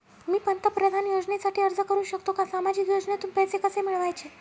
मी पंतप्रधान योजनेसाठी अर्ज करु शकतो का? सामाजिक योजनेतून पैसे कसे मिळवायचे